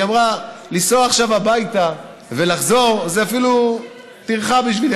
היא אמרה: לנסוע עכשיו הביתה ולחזור זה אפילו טרחה בשבילי.